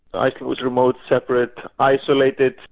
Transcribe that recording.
iceland was remote, separate, isolated,